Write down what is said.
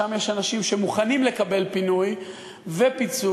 שם יש אנשים שמוכנים לקבל פינוי ופיצוי,